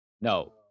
No